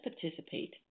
participate